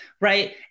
right